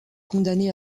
condamné